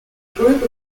group